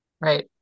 Right